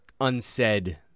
unsaid